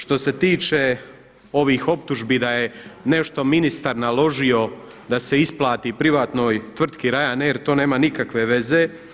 Što se tiče ovih optužbi da je nešto ministar naložio da se isplati privatnoj tvrtki Ryanair to nema nikakve veze.